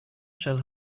shall